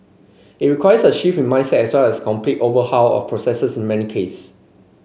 it requires a shift in mindset as well as a complete overhaul of processes in many case